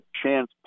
chance